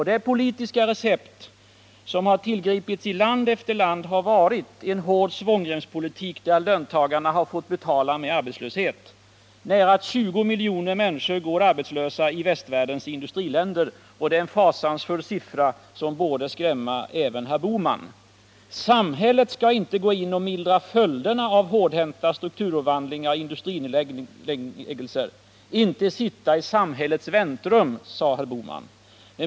Det politiska recept som har tillgripits i land efter land har varit en hård svångremspolitik, som löntagarna fått betala med arbetslöshet. Nära 20 miljoner människor går arbetslösa i västvärldens industriländer. Det är en fasansfull siffra, som borde skrämma även herr Bohman. Samhället skall inte gå in och mildra följderna av hårdhänt strukturomvandling och industrinedläggningar. Företagen skall inte sitta i samhällets väntrum, sade herr Bohman.